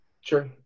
Sure